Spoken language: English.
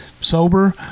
sober